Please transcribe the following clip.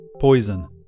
Poison